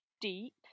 deep